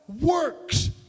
Works